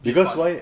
be fi~